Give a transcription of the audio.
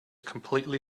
completely